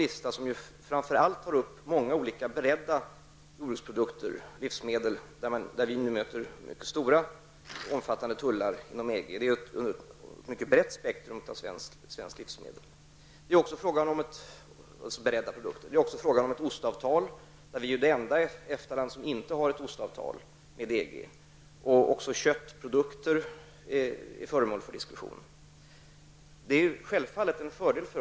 Den tar framför allt upp många olika beredda jordbruksprodukter och livsmedel där vi nu möter mycket stora tullar inom EG. Dessa beredda produkter utgör ett ganska brett spektrum av svenska livsmedel. Det är också fråga om ett ostavtal. Sverige är det enda EFTA-land som inte har ett ostavtal med EG. Även köttprodukter är föremål för diskussion.